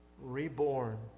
reborn